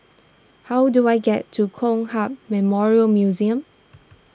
how do I get to Kong Hiap Memorial Museum